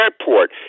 airport